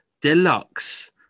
deluxe